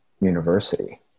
university